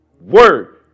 word